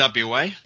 WA